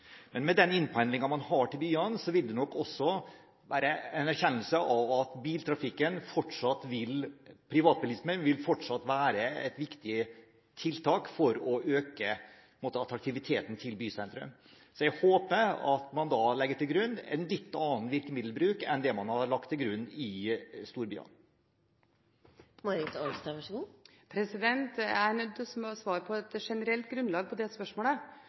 Men med den innpendlingen man har til byene, vil det nok også være en erkjennelse av at privatbilisme fortsatt vil være et viktig tiltak for å øke attraktiviteten til bysentrum. Så jeg håper at man da legger til grunn en litt annen virkemiddelbruk enn det man har lagt til grunn i storbyene. Jeg er nødt til å svare på det spørsmålet på et generelt grunnlag, fordi det